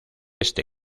este